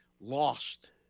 lost